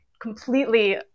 completely